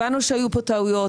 הבנו שהיו פה טעויות,